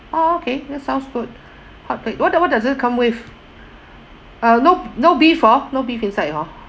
okay that's sounds good hotplate what does what does it come with uh no no beef hor no beef inside hor